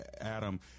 adam